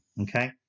Okay